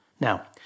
Now